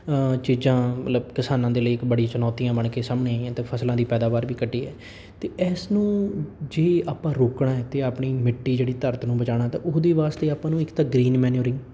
ਚੀਜ਼ਾਂ ਮਤਲਬ ਕਿਸਾਨਾਂ ਦੇ ਲਈ ਇੱਕ ਬੜੀ ਚੁਣੌਤੀਆਂ ਬਣ ਕੇ ਸਾਹਮਣੇ ਆਈਆਂ ਅਤੇ ਫਸਲਾਂ ਦੀ ਪੈਦਾਵਾਰ ਵੀ ਘੱਟੀ ਹੈ ਅਤੇ ਇਸ ਨੂੰ ਜੇ ਆਪਾਂ ਰੋਕਣਾ ਹੈ ਅਤੇ ਆਪਣੀ ਮਿੱਟੀ ਜਿਹੜੀ ਧਰਤ ਨੂੰ ਬਚਾਉਣਾ ਤਾਂ ਉਹਦੇ ਵਾਸਤੇ ਆਪਾਂ ਨੂੰ ਇੱਕ ਤਾਂ ਗ੍ਰੀਨ ਮੈਨਊਰਿੰਗ